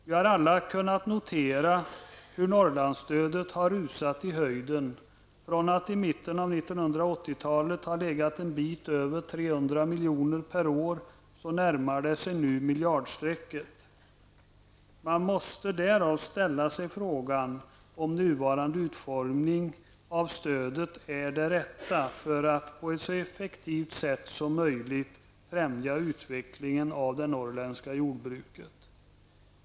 Vi har alla kunnat notera hur Norrlandsstödet rusat i höjden från att i mitten av 1980-talet ha legat en bit över 300 miljoner per år till att nu närma sig miljardstrecket. Man måste mot denna bakgrund ställa sig frågan om nuvarande utformning av stödet är det rätta för att på ett så effektivt sätt som möjligt främja utvecklingen av det norrländska jordbruket.